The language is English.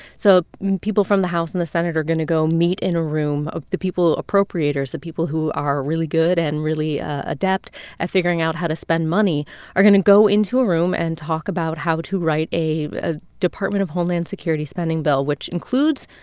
so people from the house and the senate are going to go meet in a room of the people appropriators, the people who are really good and really adept at figuring out how to spend money are going to go into a room and talk about how to write a a department of homeland security spending bill which includes,